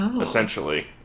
essentially